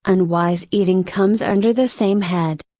unwise eating comes under the same head.